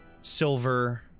silver